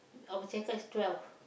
our check-out is twelve